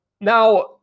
now